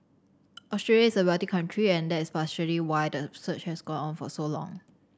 Australia is a wealthy country and that is partly why the search has gone on for so long